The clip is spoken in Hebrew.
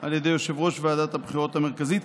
על ידי יושב-ראש ועדת הבחירות המרכזית.